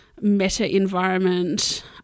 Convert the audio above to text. meta-environment